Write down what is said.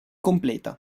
completa